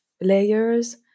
layers